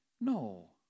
No